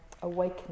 awakening